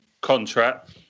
contract